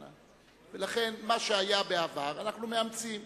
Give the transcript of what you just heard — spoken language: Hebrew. לכן, מה שהיה בעבר, אנחנו מאמצים.